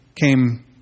came